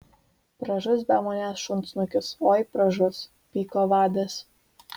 pražus be manęs šunsnukis oi pražus pyko vadas